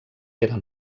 pere